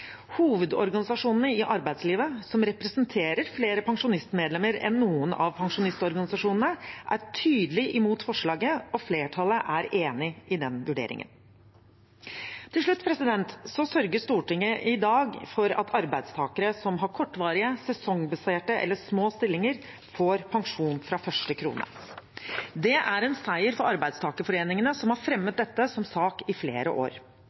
Hovedorganisasjonene i arbeidslivet, som representerer flere pensjonistmedlemmer enn noen av pensjonistorganisasjonene, er tydelig imot forslaget, og flertallet er enig i den vurderingen. Til slutt sørger Stortinget i dag for at arbeidstakere som har kortvarige, sesongbaserte eller små stillinger, får pensjon fra første krone. Det er en seier for arbeidstakerforeningene, som har fremmet dette som sak i flere år.